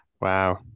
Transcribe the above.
wow